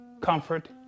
comfort